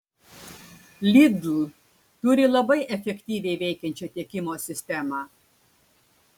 lidl turi labai efektyviai veikiančią tiekimo sistemą